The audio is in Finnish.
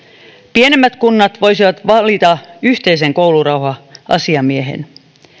pienemmät kunnat voisivat valita yhteisen koulurauha asiamiehen